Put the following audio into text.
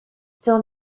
still